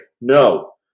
No